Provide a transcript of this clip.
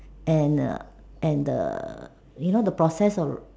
and err and the you know the process of